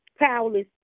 powerless